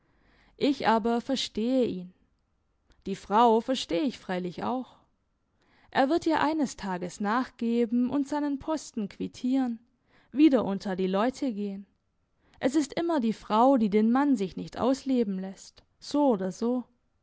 ich aber verstehe ihn die frau versteh ich freilich auch er wird ihr eines tags nachgeben und seinen posten quittieren wieder unter die leute gehen es ist immer die frau die den mann sich nicht ausleben lässt so oder so